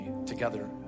together